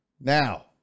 now